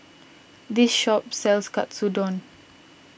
this shop sells Katsudon